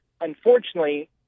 Unfortunately